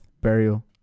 burial